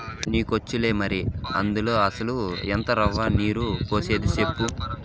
నీకొచ్చులే మరి, అందుల అసల ఎంత రవ్వ, నీరు పోసేది సెప్పు